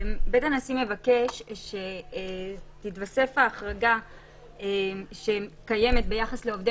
בית הנשיא מבקש שתיתוסף ההחרגה שקיימת ביחס לעובדי